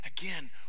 Again